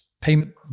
payment